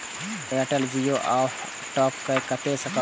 Airtel Jio के top up के देख सकब?